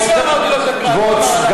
אני לא אמרתי לו שקרן, הוא אמר.